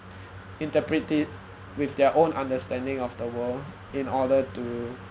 interpret it with their own understanding of the world in order to